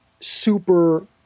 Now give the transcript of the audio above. super